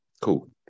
cool